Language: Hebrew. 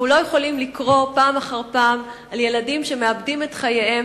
אנחנו לא יכולים לקרוא פעם אחר פעם על ילדים שמאבדים את חייהם